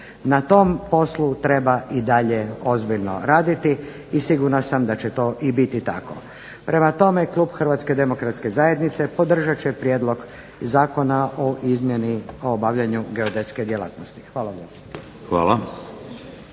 Na tom poslu treba i dalje ozbiljno raditi, i sigurna sam da će to i biti tako. Prema tome klub Hrvatske demokratske zajednice podržat će Prijedlog Zakona o izmjeni o obavljanju geodetske djelatnosti. Hvala lijepa.